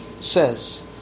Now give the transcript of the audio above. says